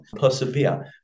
Persevere